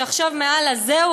שעכשיו זהו?